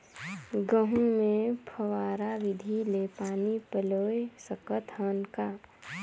गहूं मे फव्वारा विधि ले पानी पलोय सकत हन का?